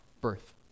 birth